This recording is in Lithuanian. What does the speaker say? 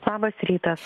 labas rytas